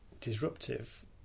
disruptive